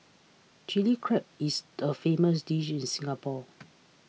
Chilli Crab is a famous dish in Singapore